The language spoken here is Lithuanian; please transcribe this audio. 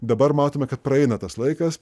dabar matome kad praeina tas laikas